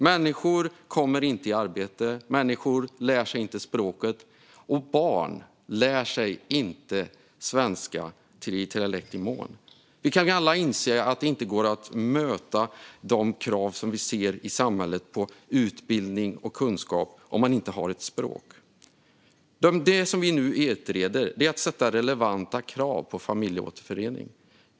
Människor kommer inte i arbete och lär sig inte språket. Barn lär sig inte svenska i tillräcklig mån. Vi kan alla inse att det inte går att möta de krav som vi ser i samhället på utbildning och kunskap om man inte har ett språk. Det som vi nu utreder är att sätta relevanta krav på familjeåterförening.